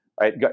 right